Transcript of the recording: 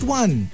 one